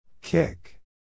Kick